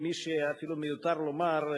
כמי שאפילו, מיותר לומר,